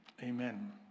Amen